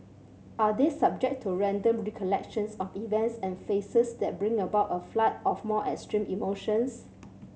are they subject to random recollections of events and faces that bring about a flood of more extreme emotions